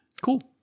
cool